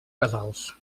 casals